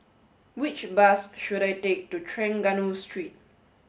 which bus should I take to Trengganu Street